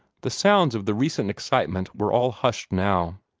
the sounds of the recent excitement were all hushed now,